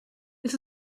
this